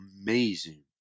amazing